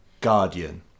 Guardian